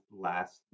last